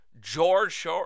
george